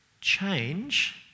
change